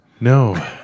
No